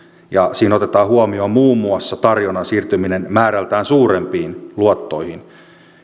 siinä otetaan huomioon muun muassa tarjonnan siirtyminen määrältään suurempiin luottoihin